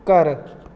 ਘਰ